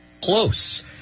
close